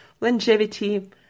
longevity